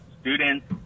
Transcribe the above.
students